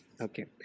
Okay